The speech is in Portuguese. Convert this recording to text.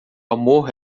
amor